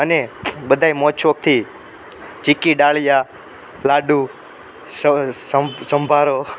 અને બધાય મોજ શોખથી ચિક્કી દાળિયા લાડુ સંભારો